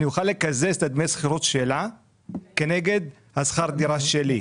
אני אוכל לקזז את דמי השכירות שלה כנגד שכר הדירה שלי,